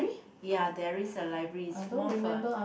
ya there is a library it's more of a